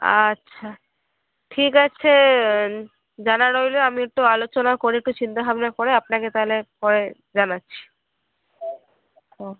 আচ্ছা ঠিক আছে জানা রইলো আমি একটু আলোচনা করে একটু চিন্তা ভাবনা করে আপনাকে তাহলে পরে জানাচ্ছি হুম